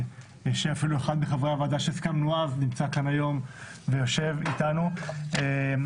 אחד מחברי הוועדה שהוסכם עליו בעבר יושב איתנו גם עכשיו.